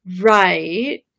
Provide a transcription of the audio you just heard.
Right